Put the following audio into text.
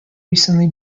recently